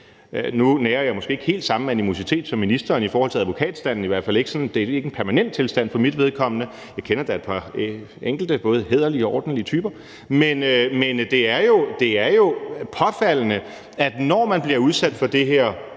Nu nærer jeg måske ikke helt den samme animositet som ministeren over for advokatstanden – det er i hvert fald ikke sådan en permanent tilstand for mit vedkommende; jeg kender da et par både hæderlige og ordentlige typer – men det er jo påfaldende, at man, når man bliver udsat for det her,